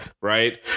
right